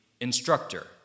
instructor